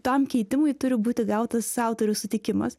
tam keitimui turi būti gautas autoriaus sutikimas